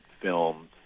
films